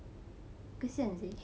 kesian seh